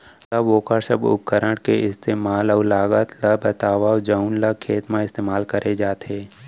मोला वोकर सब उपकरण के इस्तेमाल अऊ लागत ल बतावव जउन ल खेत म इस्तेमाल करे जाथे?